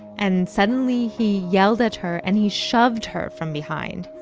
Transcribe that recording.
and, suddenly, he yelled at her, and he shoved her from behind.